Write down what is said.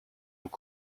vous